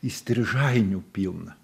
įstrižainių pilna